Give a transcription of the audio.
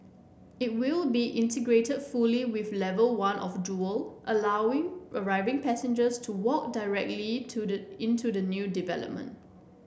it will be integrated fully with level one of Jewel allowing arriving passengers to walk directly into the into the new development